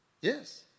Yes